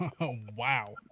Wow